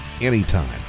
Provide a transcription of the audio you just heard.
anytime